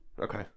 Okay